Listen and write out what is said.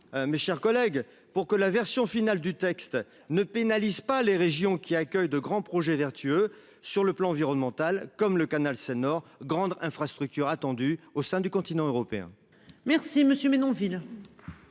mes chers collègues. Pour que la version finale du texte ne pénalise pas les régions qui accueillent de grands projets vertueux sur le plan environnemental, comme le canal Seine Nord grande infrastructure attendue au sein du continent européen.